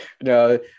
No